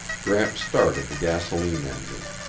gramps started the gasoline engine.